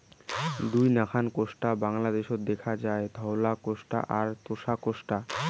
দুই নাকান কোষ্টা বাংলাদ্যাশত দ্যাখা যায়, ধওলা কোষ্টা আর তোষা কোষ্টা